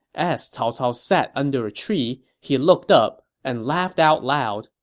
as cao cao sat under a tree, he looked up and laughed out loud,